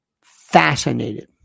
fascinated